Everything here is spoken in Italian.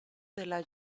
della